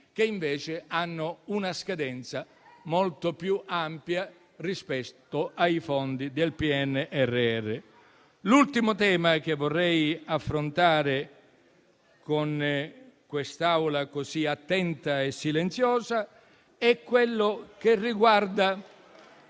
che invece hanno una scadenza molto più ampia rispetto ai fondi del PNRR. L'ultimo tema che vorrei affrontare con quest'Assemblea così attenta e silenziosa *(Applausi.